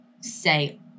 say